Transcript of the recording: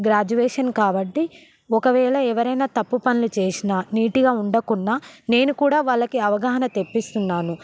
graduation కాబట్టి ఒకవేళ ఎవరయిన తప్పు పనులు చేసినా నీట్గా ఉండకున్న నేను కూడా వాళ్ళకి అవగాహన తెప్పిస్తున్నాను